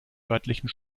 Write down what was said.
örtlichen